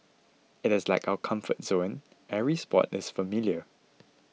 it is like our comfort zone every spot is familiar